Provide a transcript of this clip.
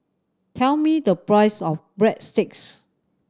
tell me the price of Breadsticks